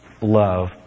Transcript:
love